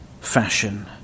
fashion